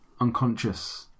unconscious